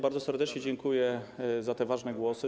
Bardzo serdecznie dziękuję za te ważne głosy.